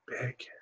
big